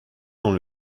dans